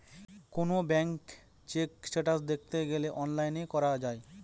কোনো bank check status দেখতে গেলে অনলাইনে করা যায়